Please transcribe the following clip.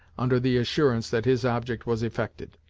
under the assurance that his object was effected.